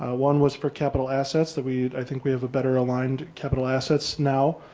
ah one was for capital assets that we i think we have a better aligned capital assets now,